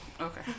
Okay